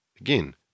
again